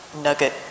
nugget